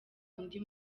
undi